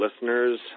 listeners